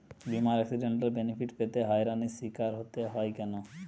বিমার accidental benefit পেতে হয়রানির স্বীকার হতে হয় কেন?